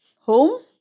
home